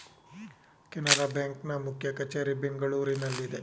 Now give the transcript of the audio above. Canara bank ನ ಮುಖ್ಯ ಕಚೇರಿ ಬೆಂಗಳೂರಿನಲ್ಲಿದೆ